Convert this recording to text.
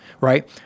right